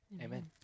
Amen